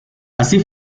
así